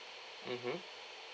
mmhmm